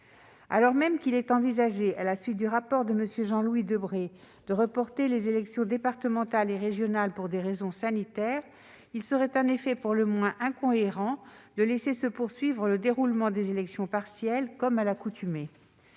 Alors même qu'il est envisagé, à la suite du rapport de M. Jean-Louis Debré, de reporter les élections départementales et régionales pour des raisons sanitaires, il serait en effet pour le moins incohérent de laisser se poursuivre le déroulement des élections partielles comme à l'accoutumée.